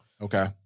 Okay